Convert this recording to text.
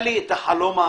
אין לזה קשר לתשלום.